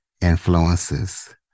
influences